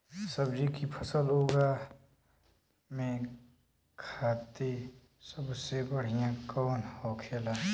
सब्जी की फसल उगा में खाते सबसे बढ़ियां कौन होखेला?